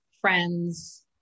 friends